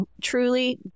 truly